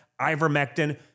ivermectin